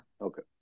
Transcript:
Okay